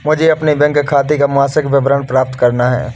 मुझे अपने बैंक खाते का मासिक विवरण प्राप्त करना है?